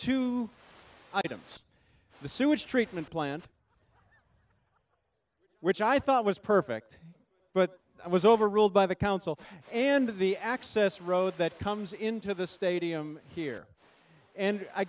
two items the sewage treatment plant which i thought was perfect but i was overruled by the council and the access road that comes into the stadium here and i